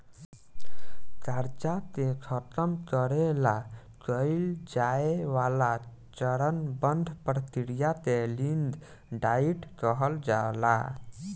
कर्जा के खतम करे ला कइल जाए वाला चरणबद्ध प्रक्रिया के रिंग डाइट कहल जाला